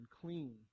clean